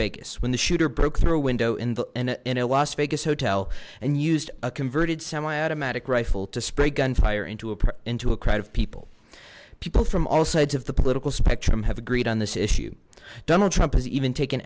vegas when the shooter broke through a window in the in a las vegas hotel and used a converted semi automatic rifle to spray gun fire into a into a crowd of people people from all sides of the political spectrum have agreed on this issue donald trump has even taken a